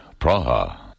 Praha